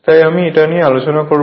তাই আমি এটা নিয়ে আলোচনা করব